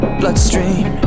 bloodstream